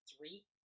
three